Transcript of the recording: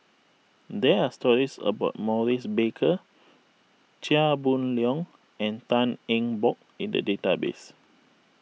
there are stories about Maurice Baker Chia Boon Leong and Tan Eng Bock in the database